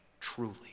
truly